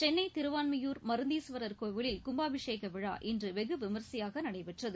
சென்னை திருவான்மியூர் மருந்தீஸ்வரர் கோவிலில் கும்பாபிஷேக விழா இன்று வெகு விமர்சையாக நடைபெற்றது